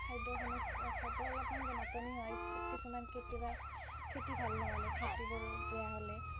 খাদ্যৰ সমস্যা খাদ্যৰ অলপমান নাটনি হয় কি কিছুমান কেতিয়াবা খেতি ভাল নহ'লে খেতিবোৰ বেয়া হ'লে